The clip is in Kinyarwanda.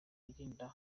yirinda